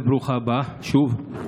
ברוכה הבאה, שוב.